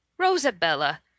Rosabella